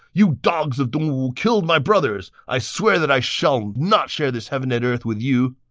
you dogs of dongwu killed my brothers! i swear that i shall not share this heaven and earth with you!